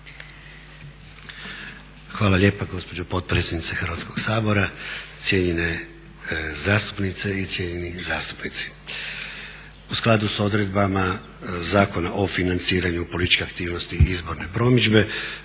Hvala lijepa gospođo potpredsjednice Hrvatskog sabora. Cijenjene zastupnice i cijenjeni zastupnici. U skladu s odredbama Zakona o financiranju političkih aktivnosti i izborne promidžbe